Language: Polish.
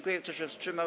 Kto się wstrzymał?